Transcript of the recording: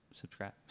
subscribe